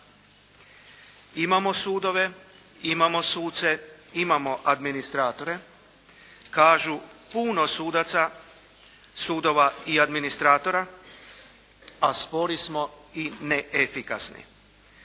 imamo sudove, imamo suce, imamo administratore, kažu puno sudaca, sudova i administratora, a spori smo i neefikasni.